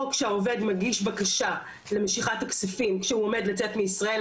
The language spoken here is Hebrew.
או שהעובד מגיש בקשה למשיכת הכספים כשהוא עומד לצאת מישראל,